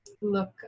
look